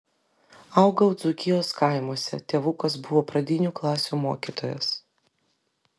augau dzūkijos kaimuose tėvukas buvo pradinių klasių mokytojas